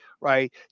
right